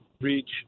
reach